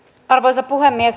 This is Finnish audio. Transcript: arvoisa puhemies